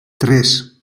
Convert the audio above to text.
tres